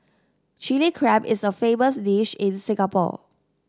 Chilli Crab is a famous dish in Singapore